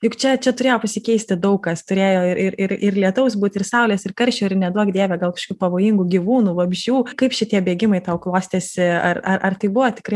juk čia čia turėjo pasikeisti daug kas turėjo ir ir ir ir lietaus būt ir saulės ir karščio ir neduok dieve gal kažkokių pavojingų gyvūnų vabzdžių kaip šitie bėgimai tau klostėsi ar ar ar tai buvo tikrai